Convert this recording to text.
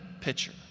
pitcher